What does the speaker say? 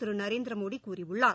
திரு நரேந்திரமோடி கூறியுள்ளார்